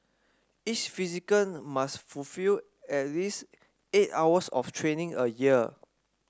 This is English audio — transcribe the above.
each physician must fulfil at least eight hours of training a year